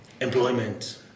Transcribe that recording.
employment